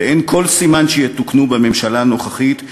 ואין כל סימן שיתוקנו בממשלה הנוכחית,